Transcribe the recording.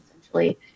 essentially